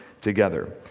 together